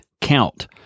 count